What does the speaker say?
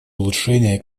улучшение